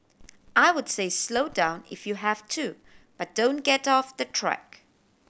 I would say slow down if you have to but don't get off the track